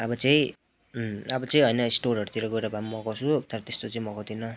अब चाहिँ अब चाहिँ होइन स्टोरहरूतिर गएर भए पनि मगाउँछु तर त्यस्तो चाहिँ मगाउँदिन